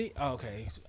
Okay